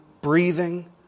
breathing